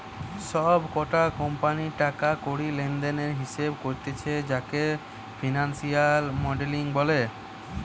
সব কটা কোম্পানির টাকা কড়ি লেনদেনের হিসেবে করতিছে যাকে ফিনান্সিয়াল মডেলিং বলে